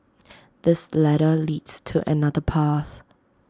this ladder leads to another path